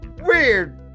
weird